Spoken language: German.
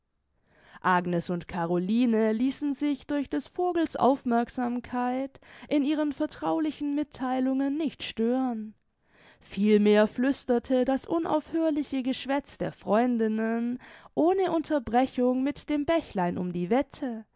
agnes und caroline ließen sich durch des vogels aufmerksamkeit in ihren vertraulichen mittheilungen nicht stören vielmehr flüsterte das unaufhörliche geschwätz der freundinnen ohne unterbrechung mit dem bächlein um die wette